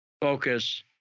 focus